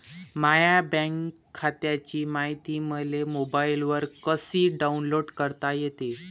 माह्या बँक खात्याची मायती मले मोबाईलवर कसी डाऊनलोड करता येते?